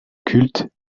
culte